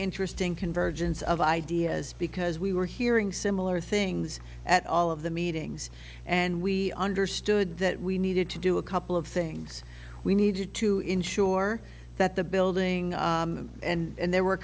interesting convergence of ideas because we were hearing similar things at all of the meetings and we understood that we needed to do a couple of things we needed to ensure that the building and there were